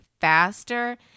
faster